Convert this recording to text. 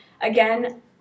again